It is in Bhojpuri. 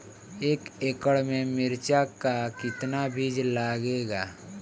एक एकड़ में मिर्चा का कितना बीज लागेला?